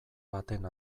baten